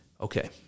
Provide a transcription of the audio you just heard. Okay